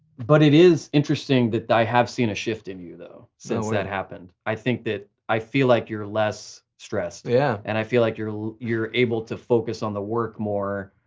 but it is interesting that i have seen a shift in you though, since that happened. i think that i feel like you're less stressed. yeah. and i feel like you're you're able to focus on the work more,